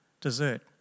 dessert